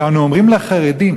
שאנו אומרים לחרדים: